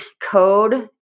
code